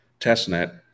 testnet